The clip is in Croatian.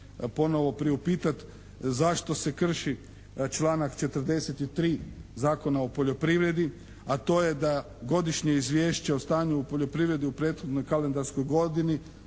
ponovo priupitati zašto se krši članak 43. Zakona o poljoprivredi, a to je da godišnje izvješće o stanju u poljoprivredi u prethodnoj kalendarskoj godini,